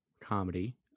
Comedy